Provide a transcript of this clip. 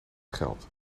geld